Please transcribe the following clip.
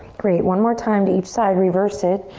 great, one more time to each side, reverse it.